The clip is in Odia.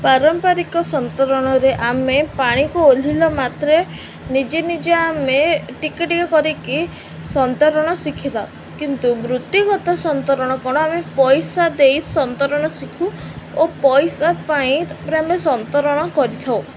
ପାରମ୍ପାରିକ ସନ୍ତରଣରେ ଆମେ ପାଣିକୁ ଓହ୍ଲାଇଲା ମାତ୍ରେ ନିଜେ ନିଜେ ଆମେ ଟିକେ ଟିକେ କରିକି ସନ୍ତରଣ ଶିଖିଥାଉ କିନ୍ତୁ ବୃତ୍ତିଗତ ସନ୍ତରଣ କ'ଣ ଆମେ ପଇସା ଦେଇ ସନ୍ତରଣ ଶିଖୁ ଓ ପଇସା ପାଇଁ ତା'ପରେ ଆମେ ସନ୍ତରଣ କରିଥାଉ